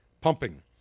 pumping